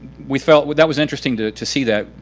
we felt but that was interesting to to see that.